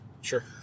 Sure